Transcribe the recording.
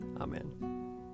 Amen